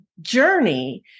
journey